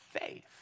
faith